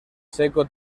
seco